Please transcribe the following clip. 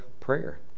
prayer